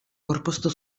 gorpuztu